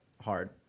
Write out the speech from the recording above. hard